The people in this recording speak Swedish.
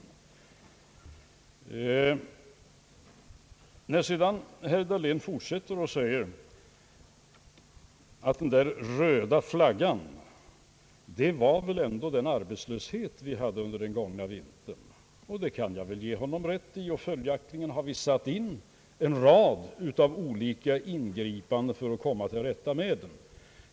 Herr Dahlén påstod också att den där röda flaggan väl ändå var den arbetslöshet som rådde under den gångna vintern. Det kan jag väl ge honom rätt i. Följaktligen har vi satt in en rad olika ingripanden för att komma till rätta med arbetslösheten.